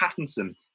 Pattinson